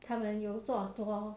他们有做很多